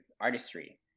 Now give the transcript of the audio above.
artistry